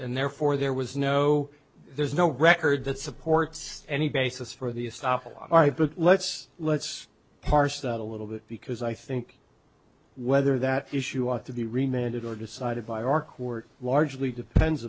and therefore there was no there's no record that supports any basis for the assad are but let's let's parse that a little bit because i think whether that issue ought to be remitted or decided by our court largely depends